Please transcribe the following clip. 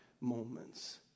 moments